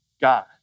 God